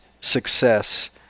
success